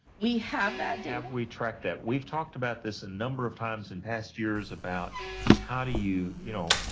we have that data. have we tracked that? we've talked about this a number of times in past years about how do you you know